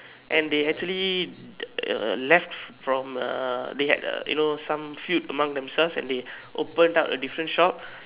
and they actually uh left from uh they had uh you know some feud among themselves and they opened up a different shop